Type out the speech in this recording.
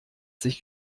sich